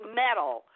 metal